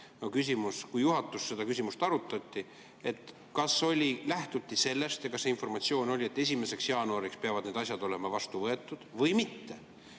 küsimus: kui juhatuses seda küsimust arutati, kas lähtuti sellest ja kas see informatsioon oli, et 1. jaanuariks peavad need asjad olema vastu võetud, või mitte?